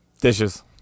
Dishes